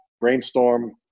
brainstorm